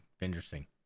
interesting